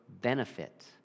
benefit